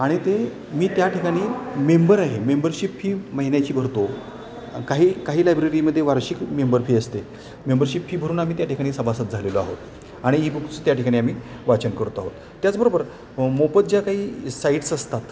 आणि ते मी त्या ठिकाणी मेंबर आहे मेंबरशीप फी महिन्याची भरतो काही काही लायब्ररीमदध्ये वार्षिक मेंबर फी असते मेंबरशीप फी भरून आम्ही त्या ठिकाणी सभासद झालेलो आहोत आणि ई बुक्स त्या ठिकाणी आम्ही वाचन करत आहोत त्याचबरोबर मोफत ज्या काही साईट्स असतात